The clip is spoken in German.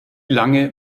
lange